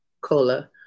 Cola